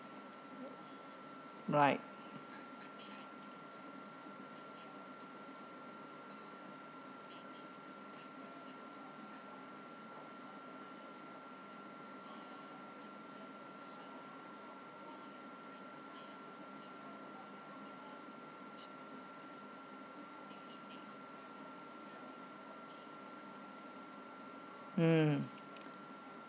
right mm